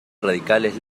radicales